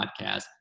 podcast